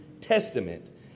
testament